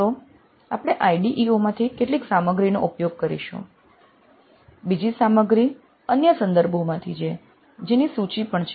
તો આપણે IDEOમાંથી કેટલીક સામગ્રીનો ઉપયોગ કરીશું બીજી સામગ્રી અન્ય સંદર્ભો માંથી છે જેની સૂચિ પણ છે